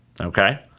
okay